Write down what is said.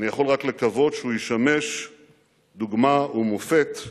אני יכול רק לקוות שהוא ישמש דוגמה ומופת לשכנינו.